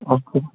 okay